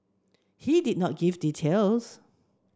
he did not give details